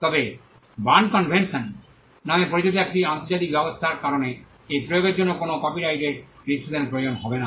তবে Berne convention নামে পরিচিত একটি আন্তর্জাতিক ব্যবস্থার কারণে এটি প্রয়োগের জন্য কোনও কপিরাইটের রেজিস্ট্রেশনের প্রয়োজন হয় না